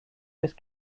was